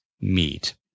meet